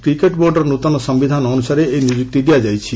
cricket ବୋର୍ଡର ନୂତନ ସମ୍ଭିଧାନ ଅନୁସାରେ ଏହି ନିଯୁକ୍ତି ଦିଆଯାଇଛି